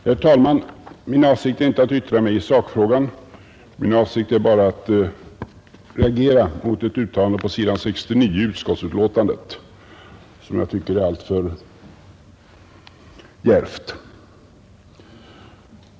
Herr talman! Min avsikt är inte att yttra mig i sakfrågan utan bara att reagera mot ett uttalande på s. 69 i utskottsbetänkandet som jag tycker är alltför djärvt.